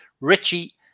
Richie